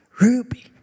Ruby